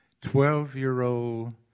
Twelve-year-old